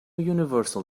universal